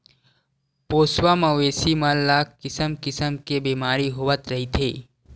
पोसवा मवेशी मन ल किसम किसम के बेमारी होवत रहिथे